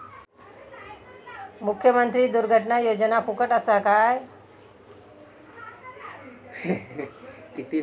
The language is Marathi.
मुख्यमंत्री दुर्घटना योजना फुकट असा काय?